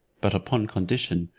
but upon condition,